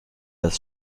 das